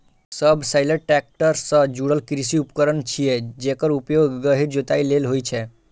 subsoiler tractor सं जुड़ल कृषि उपकरण छियै, जेकर उपयोग गहींर जोताइ लेल होइ छै